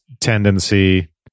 tendency